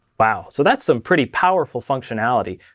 wow. so that's some pretty powerful functionality.